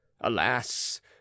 Alas